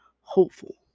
hopeful